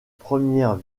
premières